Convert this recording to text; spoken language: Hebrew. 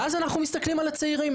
ואז אנחנו מסתכלים על הצעירים.